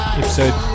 episode